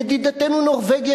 ידידתנו נורבגיה,